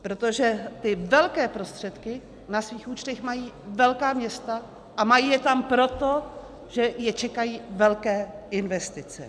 Protože ty velké prostředky na svých účtech mají velká města, a mají je tam proto, že je čekají velké investice.